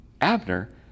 Abner